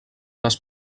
les